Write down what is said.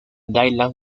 dylan